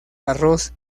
arroz